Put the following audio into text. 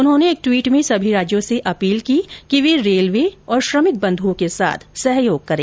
उन्होंने एक ट्वीट में सभी राज्यों से अपील की कि वे रेलवे और श्रमिक बंधुओं के साथ सहयोग करें